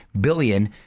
billion